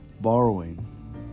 Borrowing